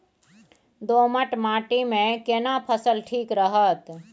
दोमट माटी मे केना फसल ठीक रहत?